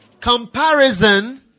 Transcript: Comparison